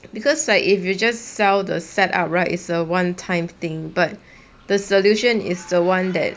because like if you just sell the set up right is a one time thing but the solution is the [one] that